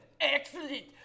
Excellent